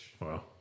Wow